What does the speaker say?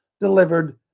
delivered